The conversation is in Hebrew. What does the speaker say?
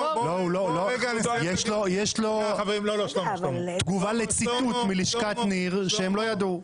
יש תגובה לציטוט מלשכת ניר שהם לא ידעו.